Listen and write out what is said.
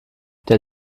der